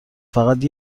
فقط